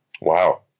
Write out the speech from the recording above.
Wow